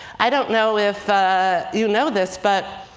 i don't know if you know this but